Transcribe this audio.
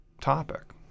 topic